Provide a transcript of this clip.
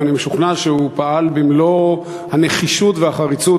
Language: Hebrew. ואני משוכנע שהוא פעל במלוא הנחישות והחריצות,